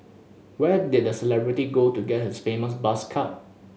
where did the celebrity go to get his famous buzz cut